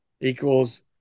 equals